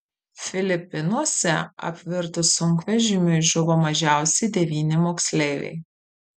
filipinuose apvirtus sunkvežimiui žuvo mažiausiai devyni moksleiviai